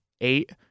eight